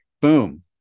boom